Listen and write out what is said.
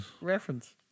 reference